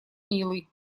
милый